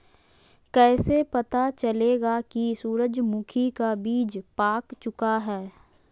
कैसे पता चलेगा की सूरजमुखी का बिज पाक चूका है?